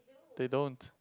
they don't